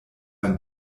ein